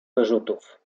wyrzutów